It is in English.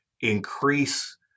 increase